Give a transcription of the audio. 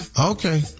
Okay